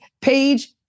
page